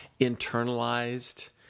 internalized